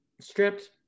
Stripped